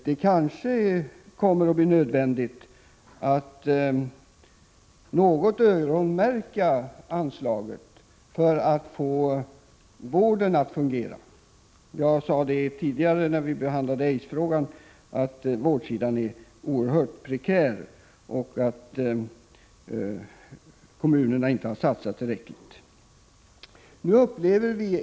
Det kan bli nödvändigt att i någon mån öronmärka anslaget för att man skall få vården att fungera. Jag sade när vi diskuterade aidsfrågan att situationen inom vården är prekär och att kommunerna inte satsat tillräckligt på vården.